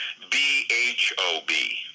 B-H-O-B